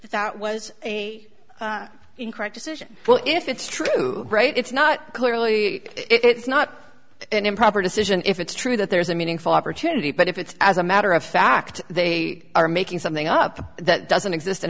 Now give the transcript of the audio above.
that that was a incorrect to sit well if it's true right it's not clearly it's not an improper decision if it's true that there's a meaningful opportunity but if it's as a matter of fact they are making something up that doesn't exist in